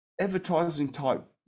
advertising-type